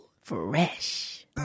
Fresh